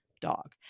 dog